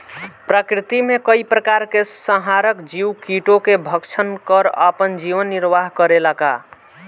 प्रकृति मे कई प्रकार के संहारक जीव कीटो के भक्षन कर आपन जीवन निरवाह करेला का?